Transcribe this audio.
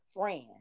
friend